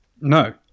No